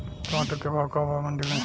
टमाटर का भाव बा मंडी मे?